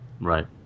Right